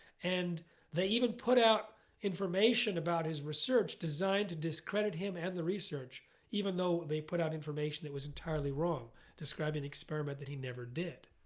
and they even put out information about his research designed to discredit him and the research even though they put out information that was entirely wrong describing an experiment that he never did.